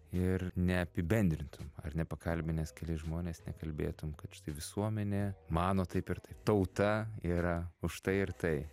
ir neapibendrintum ar ne pakalbinęs kelis žmones nekalbėtum kad štai visuomenė mano taip ir taip tauta yra už tai ir tai